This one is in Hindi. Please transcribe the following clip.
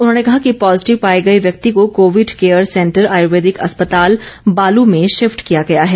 उन्होंने कहा कि पॉजिटिव पाए गए व्यक्ति को कोविड केयर सेंटर आयुर्वेदिक अस्पताल बालू में शिफ्ट किया गया है